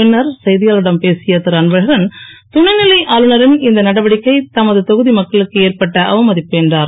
பின்னர் செய்தியாளர்களிடம் பேசிய திரு அன்பழகன் துணை நிலை ஆளுநரின் இந்த நடவடிக்கை தமது தொகுதி மக்களுக்கு ஏற்பட்ட அவமதிப்பு என்றார்